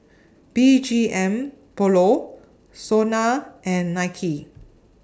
B G M Polo Sona and Nike